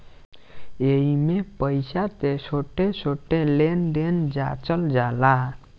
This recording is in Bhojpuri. एइमे पईसा के छोट छोट लेन देन के जाचल जाला